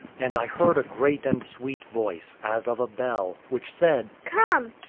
and i heard a great and sweet voice, as of a bell, which said, come!